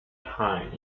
pyne